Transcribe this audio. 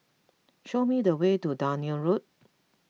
show me the way to Dunearn Road